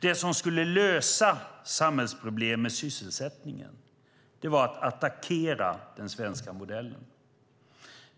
Det som skulle lösa samhällsproblem med sysselsättningen var att attackera den svenska modellen.